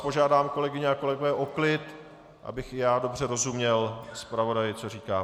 Požádám vás, kolegyně a kolegové, o klid, abych i já dobře rozuměl zpravodaji, co říká.